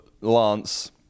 Lance